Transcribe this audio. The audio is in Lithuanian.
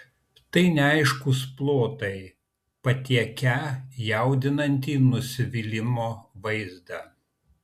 tai neaiškūs plotai patiekią jaudinantį nusivylimo vaizdą